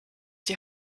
die